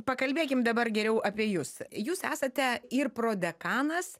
pakalbėkim dabar geriau apie jus jūs esate ir prodekanas